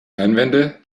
einwände